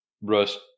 rust